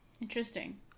Interesting